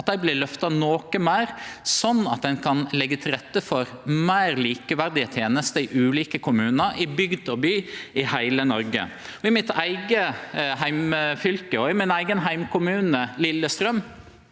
skatt, vert løfta noko meir, sånn at ein kan leggje til rette for meir likeverdige tenester i ulike kommunar, i bygd og by, i heile Noreg. I mitt eige heimfylke og i min eigen heimkommune, Lillestrøm,